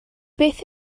beth